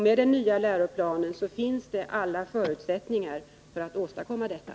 Med den nya läroplanen finns det alla förutsättningar för att åstadkomma detta.